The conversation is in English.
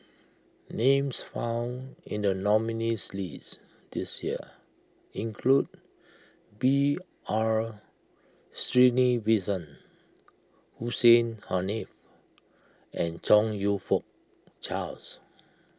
names found in the nominees' list this year include B R Sreenivasan Hussein Haniff and Chong You Fook Charles